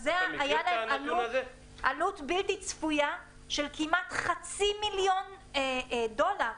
זאת עלות בלתי צפויה של כמעט חצי מיליון דולר.